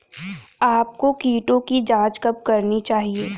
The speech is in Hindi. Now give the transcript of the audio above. आपको कीटों की जांच कब करनी चाहिए?